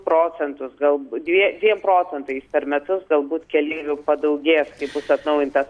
procentus galbūt dvie dviem procentais per metus galbūt keleivių padaugės bus atnaujintas